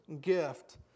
gift